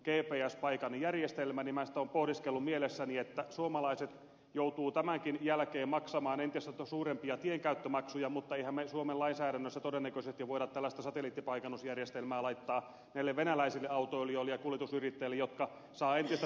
minä olen sitä pohdiskellut mielessäni että suomalaiset joutuvat tämänkin jälkeen maksamaan entistä suurempia tienkäyttömaksuja mutta emmehän me suomen lainsäädännössä todennäköisesti voi tällaista satelliittipaikannusjärjestelmää laittaa näille venäläisille autoilijoille ja kuljetusyrittäjille jotka saavat entistä suuremman kilpailuedun